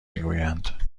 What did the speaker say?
میگویند